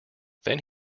then